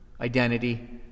identity